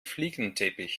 flickenteppich